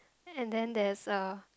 and then there is a